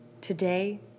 Today